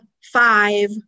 five